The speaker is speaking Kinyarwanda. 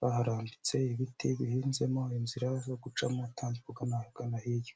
baharambitse, ibiti bihinzemo, inzira zo gucamo utambuka ugana ahagana hirya